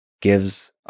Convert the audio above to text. gives